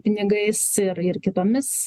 pinigais ir ir kitomis